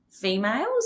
females